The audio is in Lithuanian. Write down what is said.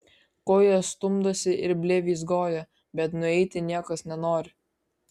ko jie stumdosi ir blevyzgoja bet nueiti niekas nenori